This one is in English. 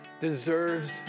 deserves